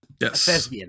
yes